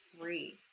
three